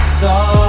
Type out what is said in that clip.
thought